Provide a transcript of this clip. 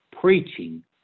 preaching